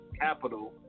capital